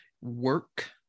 work